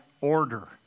order